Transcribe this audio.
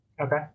Okay